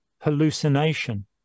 hallucination